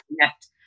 connect